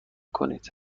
کنید